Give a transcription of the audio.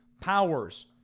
powers